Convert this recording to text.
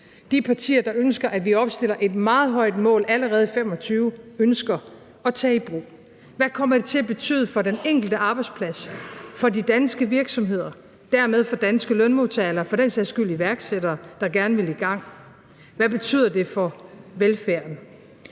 de partier, der ønsker, at vi opstiller et meget højt mål allerede i 2025, ønsker at tage i brug? Hvad kommer det til at betyde for den enkelte arbejdsplads, for de danske virksomheder og dermed for de danske lønmodtagere eller for den sags skyld iværksættere, der gerne vil i gang? Hvad betyder det for velfærden?